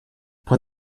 put